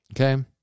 Okay